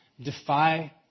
Defy